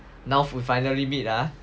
now finally meet ah